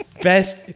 Best